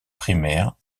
primaire